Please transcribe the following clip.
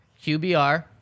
qbr